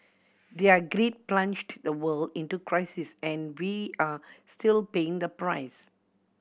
their greed plunged the world into crisis and we are still paying the price